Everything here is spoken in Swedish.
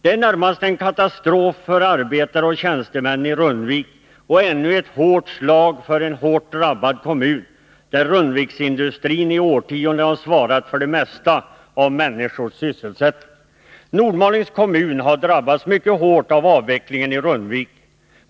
Det är närmast en katastrof för arbetare och tjänstemän i Rundvik och ännu ett hårt slag för en hårt drabbad kommun, där Rundviksindustrin i årtionden svarat för det mesta av människors sysselsättning. Nordmalings kommun har drabbats mycket hårt av avvecklingen i Rundvik.